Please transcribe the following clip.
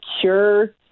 Cure